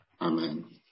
Amen